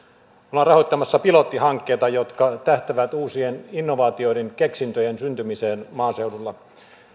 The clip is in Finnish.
ollaan rahoittamassa pilottihankkeita jotka tähtäävät uusien innovaatioiden keksintöjen syntymiseen maaseudulla